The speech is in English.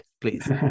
please